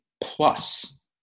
plus